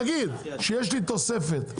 נגיד שיש לי תוספת,